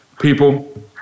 People